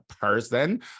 person